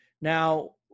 Now